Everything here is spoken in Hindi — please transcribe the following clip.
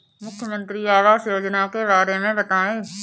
मुख्यमंत्री आवास योजना के बारे में बताए?